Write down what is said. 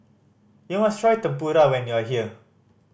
you must try Tempura when you are here